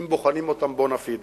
אם בוחנים אותם בונה פידה.